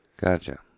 Gotcha